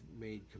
made